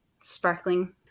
sparkling